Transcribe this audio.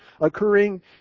occurring